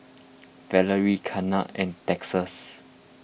Valerie Kathern and Texas